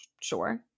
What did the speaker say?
sure